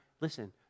listen